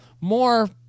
more